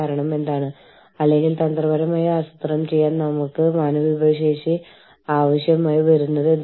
ആരാണ് എവിടെയാണ് ജോലി ചെയ്യുന്നത് എന്ന് നമുക്ക് ട്രാക്ക് ചെയ്യേണ്ടതുണ്ട്